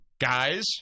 Guys